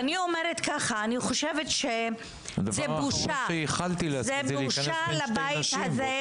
אני אומרת ככה: אני חושבת שלהביא הצעת חוק כזו זה בושה לבית הזה,